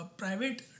private